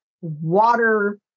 water